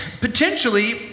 potentially